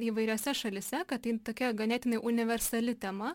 įvairiose šalyse kad jin tokia ganėtinai universali tema